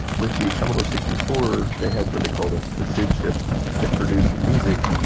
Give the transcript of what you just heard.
with the commodore sixty four, they had what they call the the seed chip that produced the music.